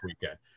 weekend